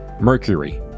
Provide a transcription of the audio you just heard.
Mercury